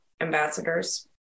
ambassadors